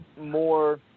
more